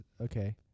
okay